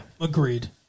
agreed